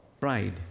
pride